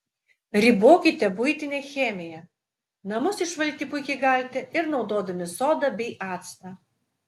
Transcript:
ribokite buitinę chemiją namus išvalyti puikiai galite ir naudodami sodą bei actą